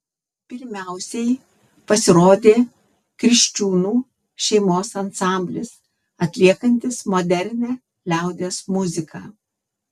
pirmiausiai pasirodė kriščiūnų šeimos ansamblis atliekantis modernią liaudies muziką